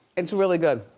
it's really good.